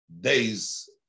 days